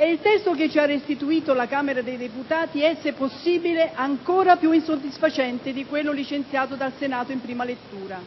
Il testo che ci ha restituito la Camera dei deputati è, se possibile, ancora più insoddisfacente di quello licenziato dal Senato in prima lettura.